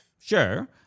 Sure